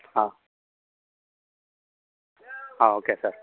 ಹಾಂ ಹಾಂ okay sir